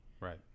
Right